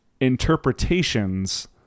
interpretations